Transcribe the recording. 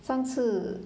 上次